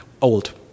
Old